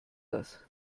das